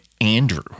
Andrew